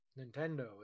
Nintendo